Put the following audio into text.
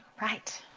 right.